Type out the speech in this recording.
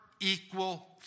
equal